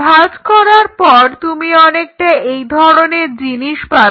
ভাঁজ করার পর তুমি অনেকটা এই ধরনের জিনিস পাবে